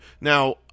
now